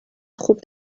خوب